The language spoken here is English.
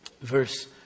verse